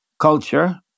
culture